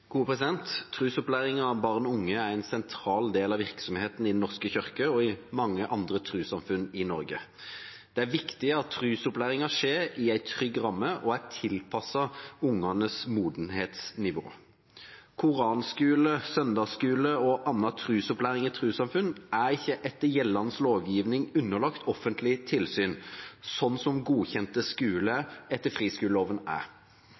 av barn og unge er en sentral del av virksomheten i Den norske kirke og i mange andre trossamfunn i Norge. Det er viktig at trosopplæringen skjer i en trygg ramme og er tilpasset ungenes modenhetsnivå. Koranskole, søndagsskole og annen trosopplæring i trossamfunn er ikke etter gjeldende lovgivning underlagt offentlig tilsyn, slik skoler godkjent etter friskoleloven er.